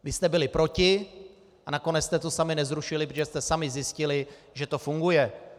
Vy jste byli proti a nakonec jste to sami nezrušili, protože jste sami zjistili, že to funguje.